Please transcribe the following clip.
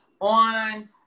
on